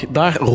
daar